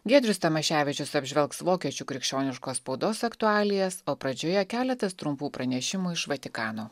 giedrius tamaševičius apžvelgs vokiečių krikščioniškos spaudos aktualijas o pradžioje keletas trumpų pranešimų iš vatikano